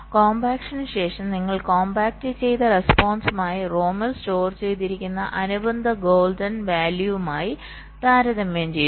അതിനാൽ കോംപാക്ഷന് ശേഷം നിങ്ങൾ കോംപാക്റ്റ് ചെയ്ത റെസ്പോൺസുമായി റോമിൽ സ്റ്റോർ ചെയ്തിരിക്കുന്ന അനുബന്ധ ഗോൾഡൻ വാല്യൂവുമായി താരതമ്യം ചെയ്യുന്നു